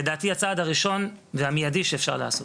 לדעתי הצעד הראשון והמיידי שצריך לעשות,